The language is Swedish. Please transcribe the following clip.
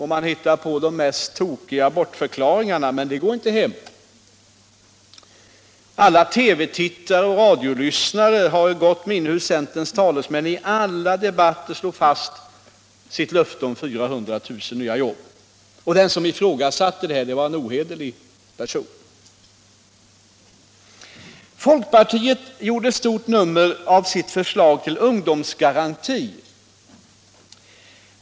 Man hittar på de mest tokiga bortförklaringar. Men det går inte hem. Alla TV-tittare och radiolyssnare har i gott minne hur centerns talesmän i alla debatter slog fast sitt löfte om 400 000 nya jobb. Den som ifrågasatte den saken var en ohederlig person. Folkpartiet gjorde stort nummer av sitt förslag till ungdomsgaranti.